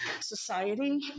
society